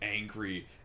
angry